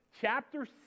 Chapter